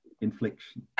infliction